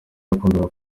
yakundaga